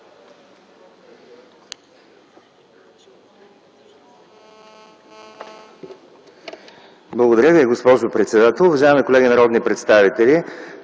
Уважаема госпожо председател, уважаеми колеги народни представители!